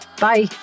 Bye